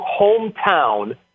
hometown –